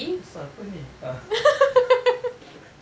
besar [pe] ni ah